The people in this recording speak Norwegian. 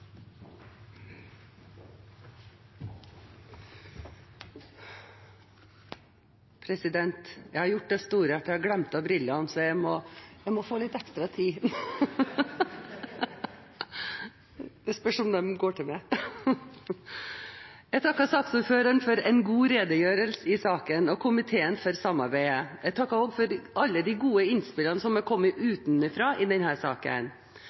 Jeg har gjort det store og glemt brillene, så jeg må få litt ekstra tid. Jeg takker saksordføreren for en god redegjørelse i saken og komiteen for samarbeidet. Jeg takker også for alle de gode innspillene som har kommet utenfra i denne saken.